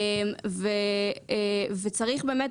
ובאמת,